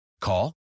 Call